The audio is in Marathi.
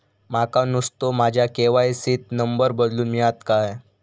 माका नुस्तो माझ्या के.वाय.सी त नंबर बदलून मिलात काय?